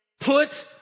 Put